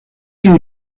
you